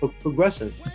progressive